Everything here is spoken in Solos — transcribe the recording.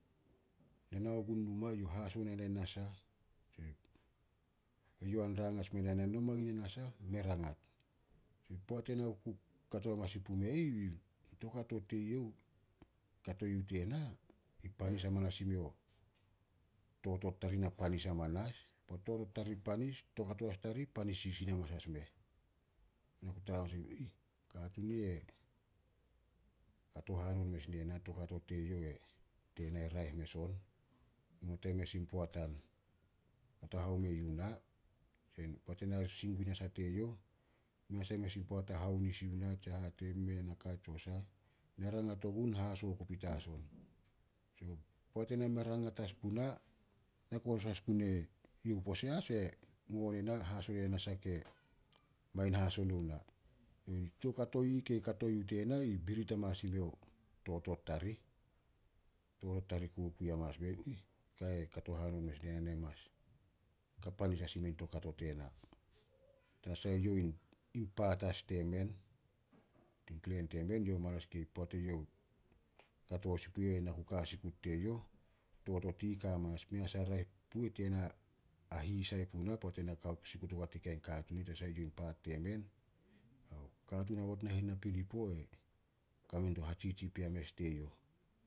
Na nao gun numa, youh haso ne na nasah. Eyouh a rang as menai na, "No mangin nin nasah, me rangat." Poat ena ku kato hamanas sin pume ih toukato teyouh, kato yuh tena i panis hamanas i meo totot tarih. Totot tarih panis, toukato as tarih i panis sisin hamanas as meh. Katuun i e, kato hanon mes ne na, toukato teyouh tena e raeh mes on. Mei not a mes an poat a kato haome yuh ena. Poat ena sing gun nasah teyouh, mei a sah mes an poat a haonis yuh na tsia hate yuh na, mei a naka tsio sah. Na rangat ogun, haso oku petas on. Poat ena mei rangat as puna, na kosos as gun e youh pose as e ngo ne na ai haso ena nasah ke mangin haso nouh ena. Toukato ih kei kato yuh tena i birit hamanas i meo totot tarih. Totot tarih kukui hamanas meh, ka eh kato hanon mes ne na, ka panis as i meh toukato tena. Tanasah eyouh in paat as temen, tin klen temen. Poat eyouh kato sin pu eh, totot i ih ka amanas, mei a sah raeh puh tena a hisai puna poat ena ka hasikut ogua tein kain katuun i ih tanasah eyouh in paat temen. Katuun aobot nahen napinipo e kame dio hatsitsi pea mes teyouh.